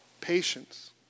patience